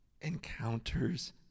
encounters